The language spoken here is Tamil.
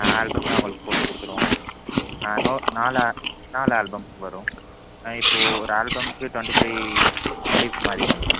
ஆல்பம் நான் உங்களுக்கு போட்டு கொடுத்துருவோம் நோ நாலு நாலு ஆல்பம் வரும் இப்போது ஒரு ஆல்பமுக்கு டுவெண்ட்டி ஃபைவ் லீப் மாதிரி வந்துடும்